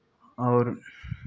और